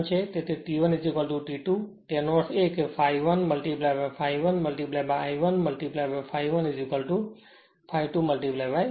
તેથી T1 T2 નો અર્થ એ કે ∅1 ∅1 I 1 ∅ 1 ∅2 ∅2